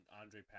andre